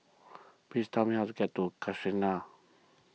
please tell me how to get to Casuarina